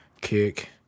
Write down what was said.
kick